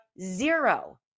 zero